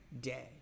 day